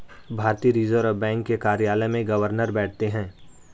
भारतीय reserve bank के कार्यालय में गवर्नर बैठते हैं